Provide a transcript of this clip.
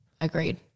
Agreed